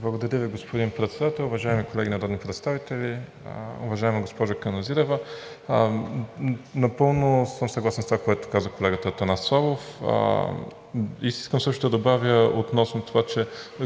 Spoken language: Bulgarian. Благодаря Ви, господин Председател. Уважаеми колеги народни представители! Уважаема госпожо Каназирева, напълно съм съгласен с онова, което каза колегата Атанас Славов. И ще добавя относно това,